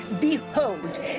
Behold